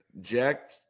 Jack